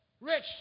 Rich